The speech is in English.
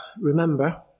remember